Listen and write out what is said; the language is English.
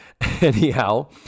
Anyhow